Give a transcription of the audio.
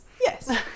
Yes